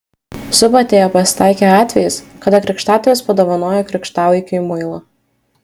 subatėje pasitaikė atvejis kada krikštatėvis padovanojo krikštavaikiui muilo